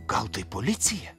gal tai policija